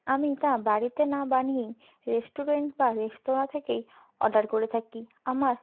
আমি তা বাড়িতে না বানিয়েই রেস্টুরেন্ট বা রেস্তোরাঁ থেকেই অর্ডার করে থাকি আমার